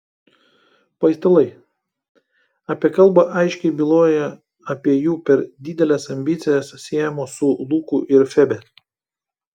paistalai apie kalbą aiškiai byloja apie jų per dideles ambicijas siejamas su luku ir febe